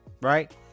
Right